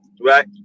Right